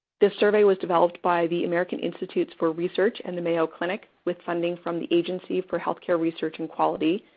this survey was developed by the american institutes for research and the mayo clinic with funding from the agency for healthcare research and quality,